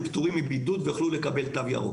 פטורים מבידוד ויוכלו לקבל תו ירוק.